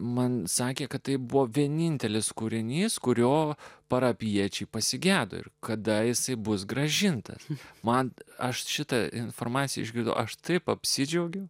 man sakė kad tai buvo vienintelis kūrinys kurio parapijiečiai pasigedo ir kadaise bus grąžintas man aš šitą informaciją išgirdo aš taip apsidžiaugiau